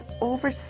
over